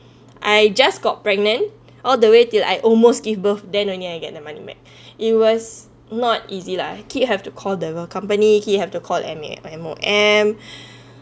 I just got pregnant all the way till I almost give birth then only I get the money made it was not easy lah keep have to call the company keep have to call M_E M_O_M